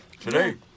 today